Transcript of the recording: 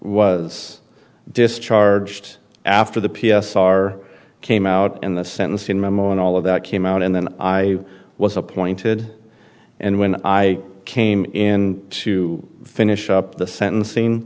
was discharged after the p s r came out and the sentencing memo and all of that came out and then i was appointed and when i came in to finish up the sentencing